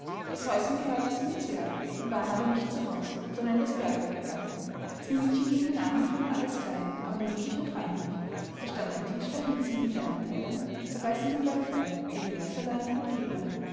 das häuschen gehörte sieben zwergen die waren aber nicht zu haus sondern in das bergwerk gegangen sneewittchen ging hinein und fand alles klein aber niedlich und reinlich da stand ein tischlein mit sieben kleinen tellern dabei sieben löfflein sieben messerlein und